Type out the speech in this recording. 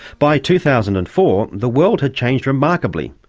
by two thousand and four the world had changed remarkably,